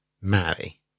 marry